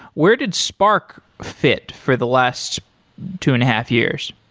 where did spark fit for the last two and a half years?